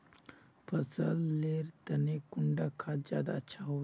फसल लेर तने कुंडा खाद ज्यादा अच्छा हेवै?